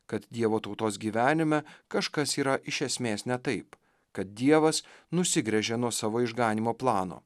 kad dievo tautos gyvenime kažkas yra iš esmės ne taip kad dievas nusigręžė nuo savo išganymo plano